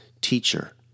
teacher